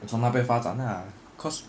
从那边发展 lah cause